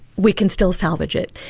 we can still salvage it.